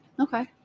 Okay